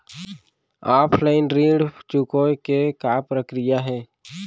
Offline ऋण चुकोय के का प्रक्रिया हे?